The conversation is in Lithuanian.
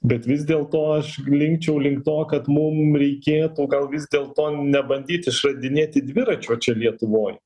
bet vis dėlto aš linkčiau link to kad mum reikėtų gal vis dėlto nebandyt išradinėti dviračio čia lietuvoj